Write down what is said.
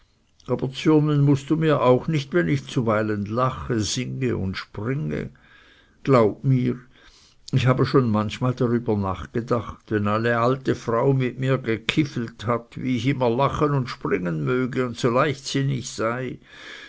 aber zürnen mußt mir auch nicht wenn ich zuweilen lache singe und springe glaub mir ich habe schon manchmal dar über nachgedacht wenn eine alte frau mit mir gekifelt hat wie ich immer lachen und springen möge und so leichtsinnig sei